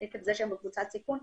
עקב זה שהם בקבוצת סיכון,